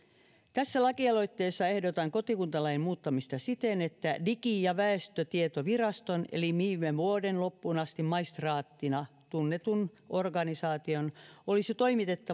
tässä lakialoitteessa ehdotan kotikuntalain muuttamista siten että digi ja väestötietoviraston eli viime vuoden loppuun asti maistraattina tunnetun organisaation olisi toimitettava